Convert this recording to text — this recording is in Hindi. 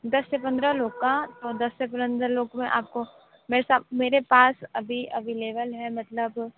दस से पंद्रह लोग का दस से पंद्रह लोग में आपको मैं मेरे पास अभी अभिलेबेल है मतलब